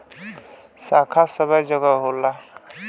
शाखा सबै जगह होला